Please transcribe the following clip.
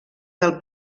del